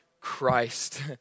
Christ